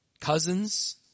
Cousins